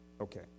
Okay